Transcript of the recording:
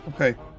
Okay